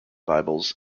bibles